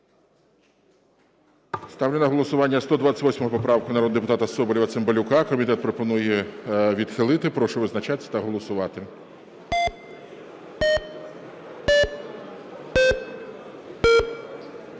Ставлю на голосування 180 поправку народного депутата Власенка. Комітет пропонує відхилити. Прошу визначатись та голосувати.